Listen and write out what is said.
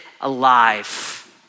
alive